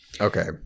Okay